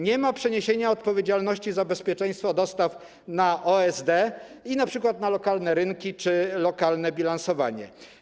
Nie ma przeniesienia odpowiedzialności za bezpieczeństwo dostaw na OSD i np. na lokalne rynki czy lokalne bilansowanie.